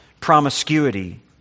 promiscuity